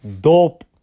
dope